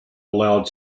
allowed